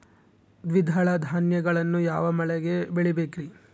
ದ್ವಿದಳ ಧಾನ್ಯಗಳನ್ನು ಯಾವ ಮಳೆಗೆ ಬೆಳಿಬೇಕ್ರಿ?